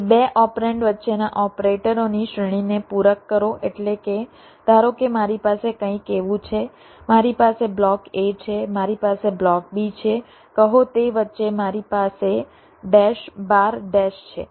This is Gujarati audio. તેથી બે ઓપરેન્ડ વચ્ચેના ઓપરેટરોની શ્રેણીને પૂરક કરો એટલે ધારો કે મારી પાસે કંઈક એવું છે મારી પાસે બ્લોક a છે મારી પાસે બ્લોક b છે કહો તે વચ્ચે મારી પાસે ડેશ બાર ડેશ છે